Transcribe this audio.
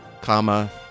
comma